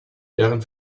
deren